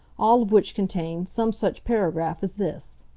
all of which contained some such paragraph as this